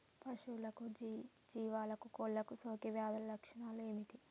పశువులకు జీవాలకు కోళ్ళకు సోకే వ్యాధుల లక్షణాలు ఏమిటి?